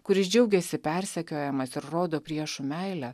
kuris džiaugėsi persekiojamas ir rodo priešų meilę